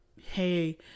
Hey